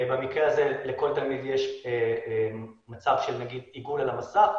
מקרה הזה יש לכל תלמיד עיגול על המסך,